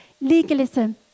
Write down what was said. Legalism